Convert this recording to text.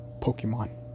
Pokemon